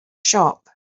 shop